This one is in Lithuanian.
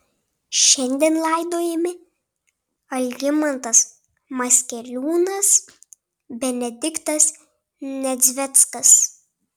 šiandien laidojami algimantas maskeliūnas benediktas nedzveckas